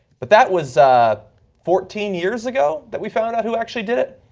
but that was fourteen years ago that we found out who actually did it,